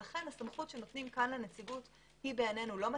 לכן הסמכות שנותנים כאן לנציגות היא בעינינו לא מתאימה.